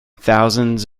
thousands